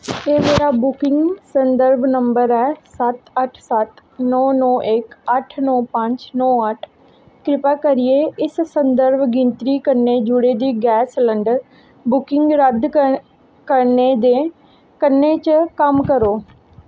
एह् मेरा बुकिंग संदर्भ नंबर ऐ सत्त अट्ठ सत्त नौ नौ इक अट्ठ नौ पंज नौ अट्ठ कृपा करियै इस संदर्भ गिनतरी कन्नै जुड़ी दी गैस सलंडर बुकिंग रद्द करने दे कन्नै च कम्म करो